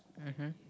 mmhmm